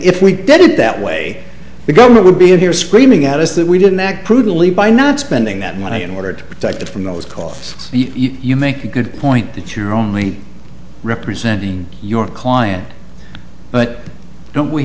if we did it that way the government would be in here screaming at us that we didn't act prudently by not spending that money in order to protect it from those costs you make a good point that you're only representing your client but don't we